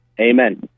Amen